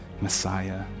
Messiah